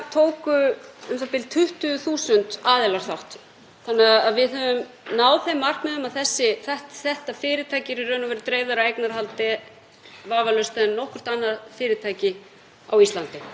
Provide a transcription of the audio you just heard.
eignarhaldi en nokkurt annað fyrirtæki á Íslandi. Þessi hlutur núna var seldur í svokölluðu tilboðsferli og ég hef væntingar um að Bankasýslan muni, við uppgjör viðskiptanna, birta upplýsingar um það hverjir